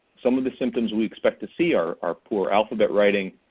some of the symptoms we expect to see are are poor alphabet writing,